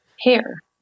Hair